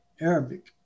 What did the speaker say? Arabic